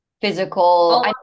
physical